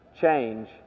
Change